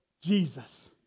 Jesus